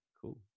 Cool